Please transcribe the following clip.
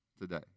today